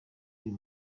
uyu